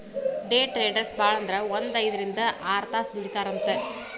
ಡೆ traders ಭಾಳಂದ್ರ ಒಂದ್ ಐದ್ರಿಂದ್ ಆರ್ತಾಸ್ ದುಡಿತಾರಂತ್